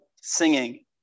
singing